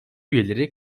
üyeleri